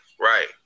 Right